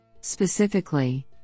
Specifically